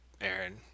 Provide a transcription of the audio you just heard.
Aaron